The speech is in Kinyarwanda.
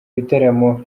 ibitaramo